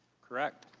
correct.